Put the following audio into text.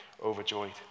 overjoyed